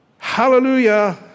Hallelujah